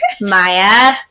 Maya